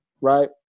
Right